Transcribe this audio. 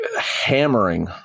hammering